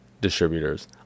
distributors